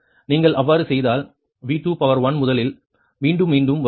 நீங்கள் அவ்வாறு செய்தால் V21 முதலில் மீண்டும் மீண்டும் வரும் 0